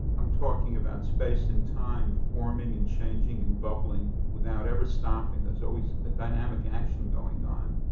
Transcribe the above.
i'm talking about space and time forming, and changing and bubbling without ever stopping. there's always a dynamic action going on.